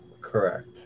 correct